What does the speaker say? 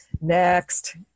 next